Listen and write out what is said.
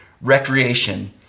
Recreation